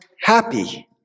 happy